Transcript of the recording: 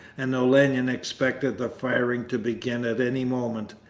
and olenin expected the firing to begin at any moment,